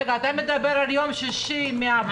רגע, אתה מדבר על יום שישי מהבוקר?